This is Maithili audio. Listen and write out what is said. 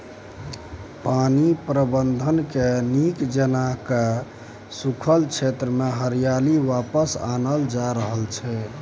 पानि प्रबंधनकेँ नीक जेना कए सूखल क्षेत्रमे हरियाली वापस आनल जा रहल छै